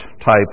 type